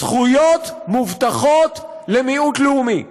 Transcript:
זכויות מובטחות למיעוט לאומי.